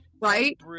Right